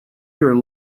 your